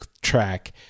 track